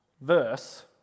verse